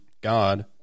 God